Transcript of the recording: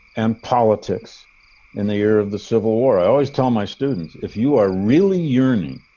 and politics in the year of the civil war, i always tell my students, if you are really yearning.